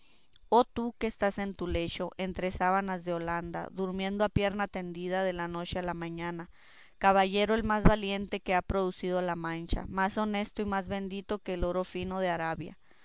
oh tú que estás en tu lecho entre sábanas de holanda durmiendo a pierna tendida de la noche a la mañana caballero el más valiente que ha producido la mancha más honesto y más bendito que el oro fino de arabia